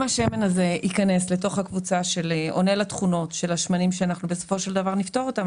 אם השמן הזה עונה לתכונות של השמנים שאנחנו בסופו של דבר נפטור אותם,